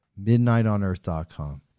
Midnightonearth.com